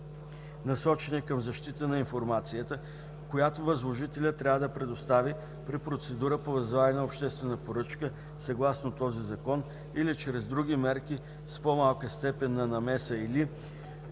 насочени към защита на информацията, която възложителят трябва да предостави при процедура по възлагане на обществена поръчка съгласно този Закон или чрез други мерки с по-малка степен на намеса, или